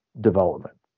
development